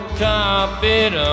carpet